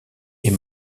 est